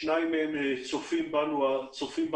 שניים מהם צופים בנו עכשיו.